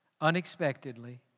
unexpectedly